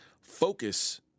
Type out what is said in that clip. Focus